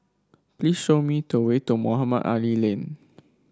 please show me the way to Mohamed Ali Lane